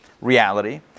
reality